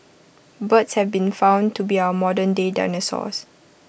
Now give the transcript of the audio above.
birds have been found to be our modernday dinosaurs